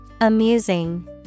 Amusing